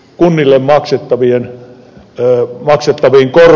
kunnille maksettavia korvauksia nostettiin